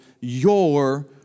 your